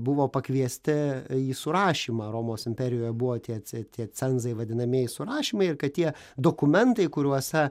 buvo pakviesti į surašymą romos imperijoje buvo tie ce tie cenzai vadinamieji surašymai ir kad tie dokumentai kuriuose